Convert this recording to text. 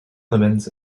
lemons